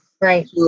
right